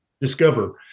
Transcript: discover